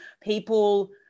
people